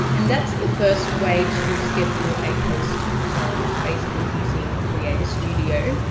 and that's the first way to schedule a post on facebook using creator studio.